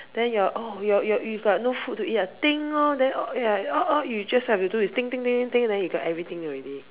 then your oh your your you've got no food to eat ah ding loh then ya all all you just have to do is ding ding ding ding ding then you got everything already mm